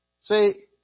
See